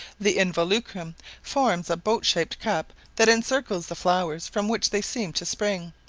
the involucrum forms a boat-shaped cup that encircles the flowers from which they seem to spring,